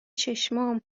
چشمام